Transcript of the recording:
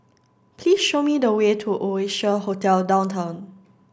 please show me the way to Oasia Hotel Downtown